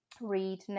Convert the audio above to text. read